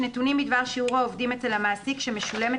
נתונים בדבר שיעור העובדים אצל המעסיק שמשולמת